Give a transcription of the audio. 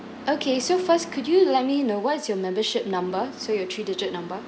okay so first could you let me know what is your membership number so your three digit number